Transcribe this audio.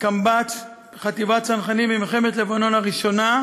קמב"ץ חטיבת הצנחנים במלחמת לבנון הראשונה,